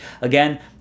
Again